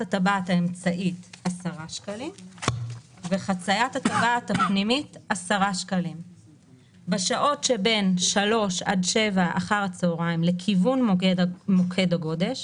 אמצעית 10 טבעת פנימית 10 15:00 עד 19:00 לכיוון מוקד הגודש